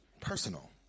personal